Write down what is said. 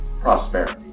prosperity